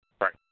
Right